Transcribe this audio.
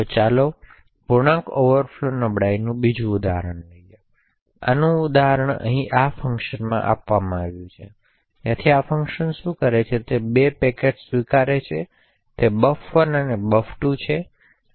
તો ચાલો પૂર્ણાંક ઓવરફ્લો નબળાઈનું બીજું ઉદાહરણ જોઈએ તેથી આનું ઉદાહરણ અહીં આ ફંક્શનમાં આપવામાં આવ્યું છે જેથી આ ફંક્શન શું કરે છે તે 2 પેકેટ સ્વીકારે છે તે બફર 1 અને બફર 2 છે